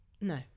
no